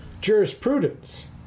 jurisprudence